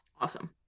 Awesome